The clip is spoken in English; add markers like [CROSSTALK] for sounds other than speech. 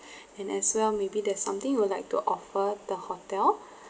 [BREATH] and as well maybe there's something you would like to offer the hotel